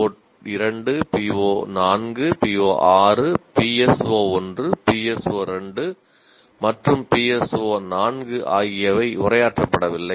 PO2 PO4 PO6 PSO1 PSO2 மற்றும் PSO4 ஆகியவை உரையாற்றப் படவில்லை